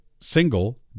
single